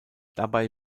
dabei